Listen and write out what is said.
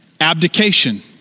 abdication